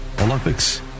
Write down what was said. Olympics